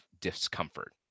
discomfort